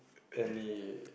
any